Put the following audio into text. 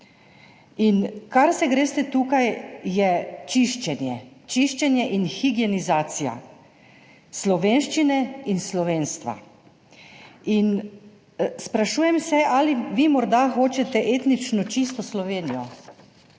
Kar se greste tukaj, je čiščenje in higienizacija slovenščine in slovenstva. Sprašujem se, ali vi morda hočete etnično čisto Slovenijo.